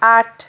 आठ